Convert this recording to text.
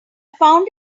found